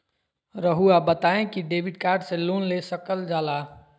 रहुआ बताइं कि डेबिट कार्ड से लोन ले सकल जाला?